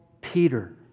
Peter